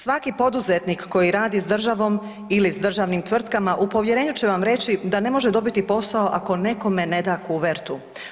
Svaki poduzetnik koji radi s državom ili s državnim tvrtkama u povjerenju će vam reći da ne može dobiti posao ako nekome ne da kuvertu.